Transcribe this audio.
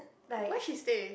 where she stay